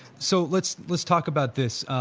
so, let's let's talk about this,